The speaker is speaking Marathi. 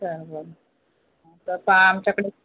चालेल तसं आमच्याकडे